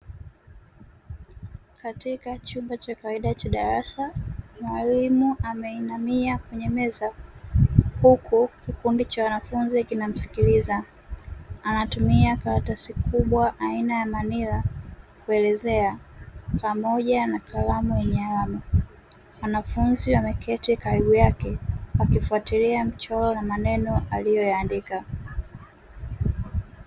Katika chumba cha kawaida cha darasa, mwalimu ameinamia kwenye meza huku kikundi cha wanafunzi kinamsikiliza; anatumia karatasi kubwa aina ya manira kuelezea pamoja na kalamu yenye alama, wanafunzi wameketi karibu yake wakifuatilia mchoro na maneno aliyoyaandika.